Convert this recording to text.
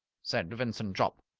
said vincent jopp,